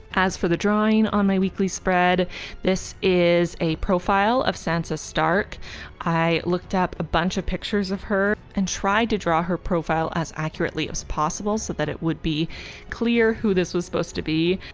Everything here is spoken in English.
as for the drawing on my weekly spread this is a profile of sansa stark i looked up a bunch of pictures of her and tried to draw her profile as accurately as possible so that it would be clear who this was supposed to be,